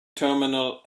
terminal